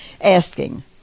asking